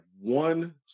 one